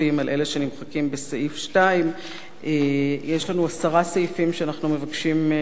שנמחקים בסעיף 2. יש לנו עשרה סעיפים שאנחנו מבקשים למחוק,